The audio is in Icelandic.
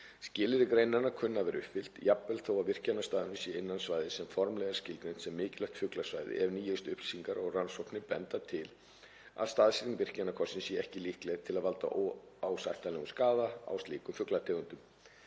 Skilyrði greinarinnar kunna að vera uppfyllt, jafnvel þó að virkjunarstaðurinn sé innan svæðis sem formlega er skilgreint sem mikilvægt fuglasvæði ef nýjustu upplýsingar og rannsóknir benda til þess að staðsetning virkjunarkostsins sé ekki líkleg til að valda óásættanlegum skaða á slíkum fuglategundum.